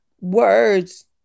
words